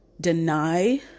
deny